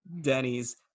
Denny's